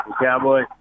Cowboy